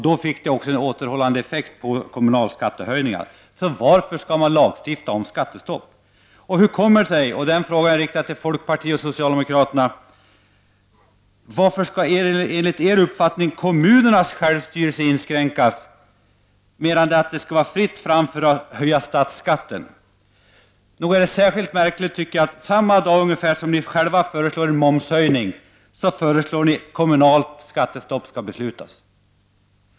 Då fick det en återhållande effekt på kommunala skattehöjningar. Varför skall man lagstifta om skattestopp? Varför skall kommunernas självstyrelse inskränkas enligt socialdemokrater och folkpartister? Menar ni att det skall vara fritt fram att höja statsskatten? Nog är det märkligt att samma dag som ni föreslår en momshöjning föreslår ni att det skall beslutas om kommunalt skattestopp.